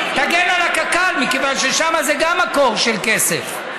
תגן על הקק"ל, מכיוון ששם זה גם מקור של כסף.